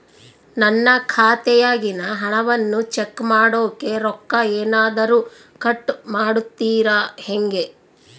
ನನ್ನ ಖಾತೆಯಾಗಿನ ಹಣವನ್ನು ಚೆಕ್ ಮಾಡೋಕೆ ರೊಕ್ಕ ಏನಾದರೂ ಕಟ್ ಮಾಡುತ್ತೇರಾ ಹೆಂಗೆ?